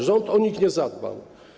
Rząd o nich nie zadbał.